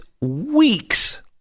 weeks